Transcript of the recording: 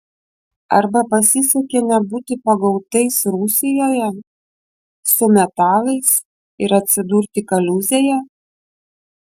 arba pasisekė nebūti pagautais rusijoje su metalais ir atsidurti kaliūzėje